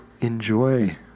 enjoy